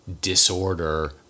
disorder